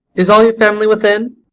is all your family within?